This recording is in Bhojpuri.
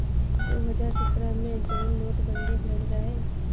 दो हज़ार सत्रह मे जउन नोट बंदी भएल रहे